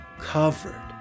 Covered